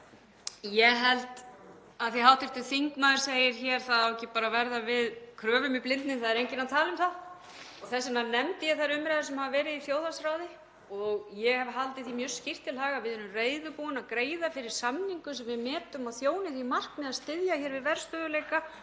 þingmaður segir hér: Það á ekki bara að verða við kröfum í blindni, þá er enginn að tala um það. Þess vegna nefndi ég þær umræður sem hafa verið í þjóðhagsráði. Ég hef haldið því mjög skýrt til haga að við erum reiðubúin að greiða fyrir samningum sem við metum að þjóni því markmiði að styðja við verðstöðugleika